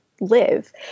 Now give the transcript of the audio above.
live